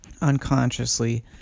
unconsciously